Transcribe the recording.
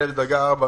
ילד בדרגה 4,